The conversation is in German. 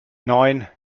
neun